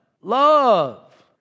Love